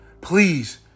please